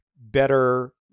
better